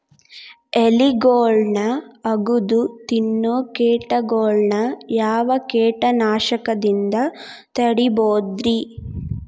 ಎಲಿಗೊಳ್ನ ಅಗದು ತಿನ್ನೋ ಕೇಟಗೊಳ್ನ ಯಾವ ಕೇಟನಾಶಕದಿಂದ ತಡಿಬೋದ್ ರಿ?